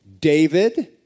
David